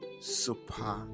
super